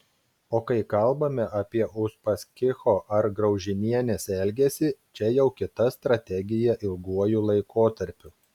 o kai kalbame apie uspaskicho ar graužinienės elgesį čia jau kita strategija ilguoju laikotarpiu